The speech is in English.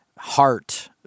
heart